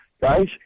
guys